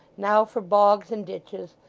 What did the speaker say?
now for bogs and ditches,